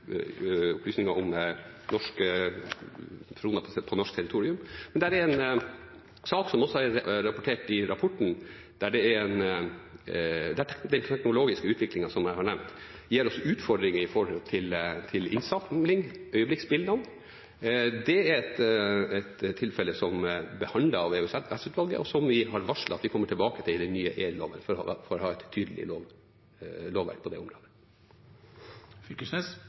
opplysninger om norske personer på norsk territorium. Men det er en sak som også er rapportert i rapporten, der den teknologiske utviklingen, som jeg har nevnt, gir oss utfordringer med hensyn til øyeblikksbildene. Det er et tilfelle som er behandlet i EOS-utvalget, og som vi har varslet at vi kommer tilbake til i den nye e-loven, for å ha et tydelig lovverk på det området.